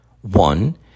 one